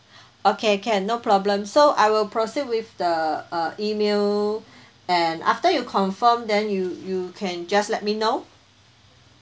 okay can no problem so I will proceed with the uh email and after you confirm then you you can just let me know